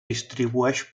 distribueix